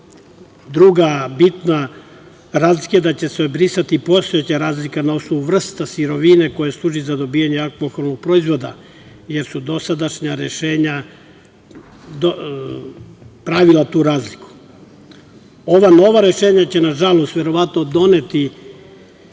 pića. Druga bitna razlika je da će se brisati postojeća razlika na osnovu vrsta sirovine koje služe za dobijanje alkoholnog proizvoda, jer su dosadašnja rešenja pravila tu razliku. Ova nova rešenja će, nažalost, verovatno doneti